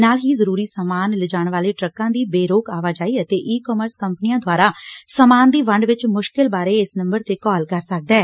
ਨਾਲ ਹੀ ਜ਼ਰੂਰੀ ਸਮਾਨ ਲਿਜਾਣ ਵਾਲੇ ਟਰੱਕਾਂ ਦੀ ਬੇਰੋਕ ਆਵਾਜਾਈ ਅਤੇ ਈ ਕਾਮਰਸ ਕੰਪਨੀਆਂ ਦੁਆਰਾ ਸਮਾਨ ਦੀ ਵੰਡ ਵਿੱਚ ਮੁਸ਼ਕਿਲ ਬਾਰੇ ਇਸ ਨੰਬਰ ਤੇ ਕਾਲ ਕਰ ਸਕਦਾ ਐ